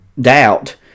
Doubt